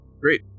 Great